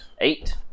Eight